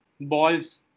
balls